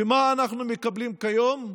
ומה אנחנו מקבלים היום?